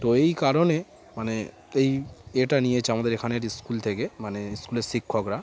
তো এই কারণে মানে এই এটা নিয়েছে আমাদের এখানের স্কুল থেকে মানে স্কুলের শিক্ষকরা